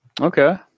Okay